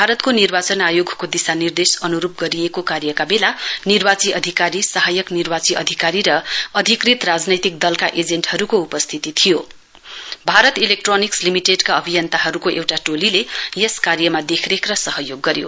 भारतको निर्वाचन आयोगको दिशा निर्देश अन्रूप गरिएको कार्यका बेला निर्वाची अधिकारी सहायक निर्वाची अधिकारी र अधिकृत राजनैतिक दलका एजेन्टहरूको उपस्थिति थियो भारत इलेक्ट्रोनिक्स लिमिटेडका अभियन्ताहरूको एउटा टोलीले यस कार्यमा देखरेख र सहयोग गर्यो